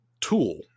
tool